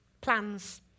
plans